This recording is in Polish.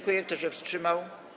Kto się wstrzymał?